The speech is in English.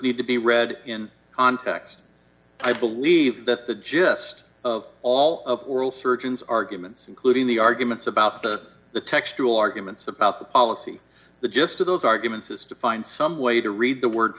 to be read in context i believe that the just of all of oral surgeons arguments including the arguments about the the textual arguments about the policy the gist of those arguments is to find some way to read the word